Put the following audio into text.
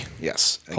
Yes